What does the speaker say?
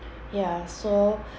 ya so